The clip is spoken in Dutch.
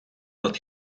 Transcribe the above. dat